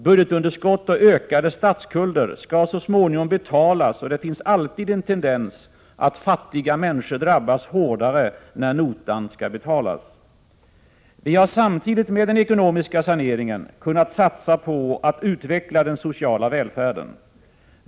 Budgetunderskott och ökade statsskulder skall så småningom betalas, och det finns alltid en tendens att fattiga människor drabbas hårdare när notan skall betalas. Vi har samtidigt med den ekonomiska saneringen kunnat satsa på att utveckla den sociala välfärden.